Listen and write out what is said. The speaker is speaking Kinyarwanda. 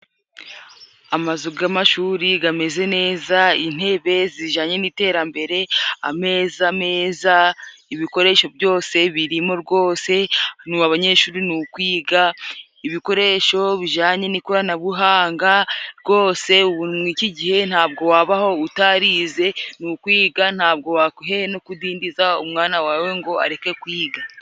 Amazu g'amashuri gameze neza, intebe zijanye n'iterambere ameza meza ibikoresho byose birimo rwose. Abanyeshuri nukwiga ibikoresho bijanye n'ikoranabuhanga. Rwose iki gihe ntabwo wababaho utarize, ni ukwiga ntabwo wa kwiye no kudindiza umwana wawe ngo areke kwiga.